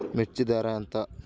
మిర్చి ధర ఎంత?